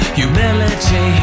humility